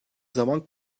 zaman